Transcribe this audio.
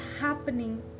happening